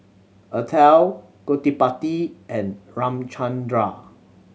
Atal Gottipati and Ramchundra